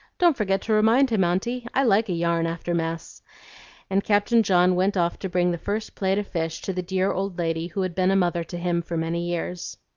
don't forget to remind him, aunty. i like a yarn after mess and captain john went off to bring the first plate of fish to the dear old lady who had been a mother to him for many years.